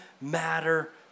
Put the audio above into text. matter